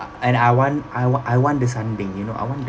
uh and I want I want I want the sanding you know I want